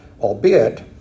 albeit